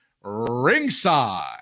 ringside